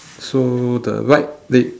so the right leg